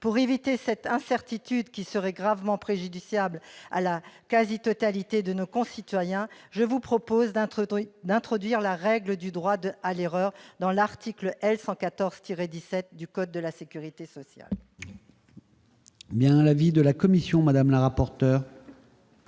Pour éviter cette incertitude qui serait gravement préjudiciable à la quasi-totalité de nos concitoyens, je vous propose d'introduire la règle du droit à l'erreur dans l'article L. 114-17 du code de la sécurité sociale. Quel est l'avis de la commission spéciale ?